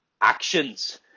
actions